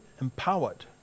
empowered